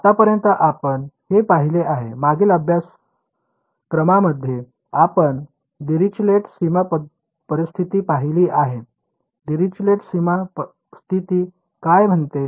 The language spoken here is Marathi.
आतापर्यंत आपण हे पाहिले आहे मागील अभ्यासक्रमांमध्ये आपण दिरिचलेट सीमा परिस्थिती पाहिली आहे दिरिचलेट सीमा स्थिती काय म्हणते